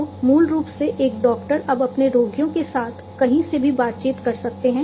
तो मूल रूप से एक डॉक्टर अब अपने रोगियों के साथ कहीं से भी बातचीत कर सकते हैं